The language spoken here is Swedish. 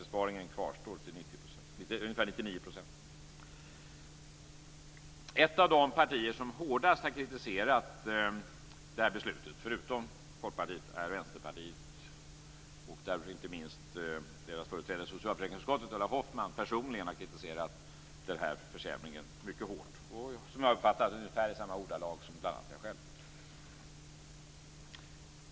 Besparingen kvarstår till ungefär 99 %. Ett av de partier som hårdast har kritiserat det här beslutet, förutom Folkpartiet, är Vänsterpartiet. Inte minst deras företrädare i socialförsäkringsutskottet, Ulla Hoffmann, har personligen kritiserat försämringen mycket hårt, i ungefär samma ordalag som bl.a. jag själv.